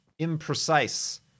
imprecise